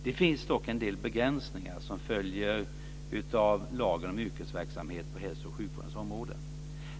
Det finns dock en del begränsningar som följer av 4 kap. lagen om yrkesverksamhet på hälso och sjukvårdens område.